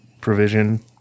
provision